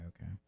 okay